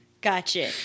Gotcha